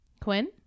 Quinn